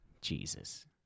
Jesus